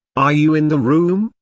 are you in the room,